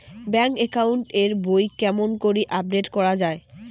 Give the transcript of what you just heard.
Bank account এর বই কেমন করি আপডেট করা য়ায়?